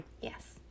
Yes